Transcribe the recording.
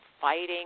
fighting